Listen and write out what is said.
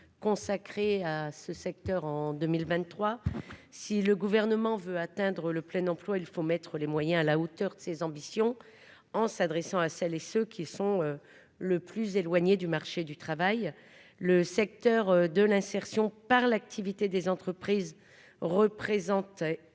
consacrés à ce secteur en 2023 si le gouvernement veut atteindre le plein emploi, il faut mettre les moyens à la hauteur de ses ambitions en s'adressant à celles et ceux qui sont le plus éloignés du marché du travail, le secteur de l'insertion par l'activité des entreprises représentaient